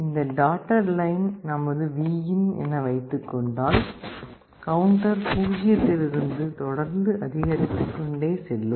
இந்த dotted line நமது Vin என வைத்துக் கொண்டால் கவுண்டர் பூஜ்ஜியத்தில் இருந்து தொடர்ந்து அதிகரித்துக் கொண்டே செல்லும்